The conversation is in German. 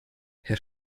herr